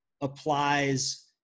applies